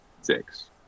six